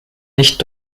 nicht